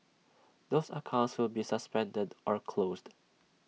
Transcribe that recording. those accounts will be suspended or closed